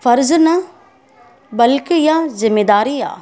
फ़र्ज़ु न बल्कि इहा ज़िमेदारी आहे